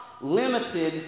limited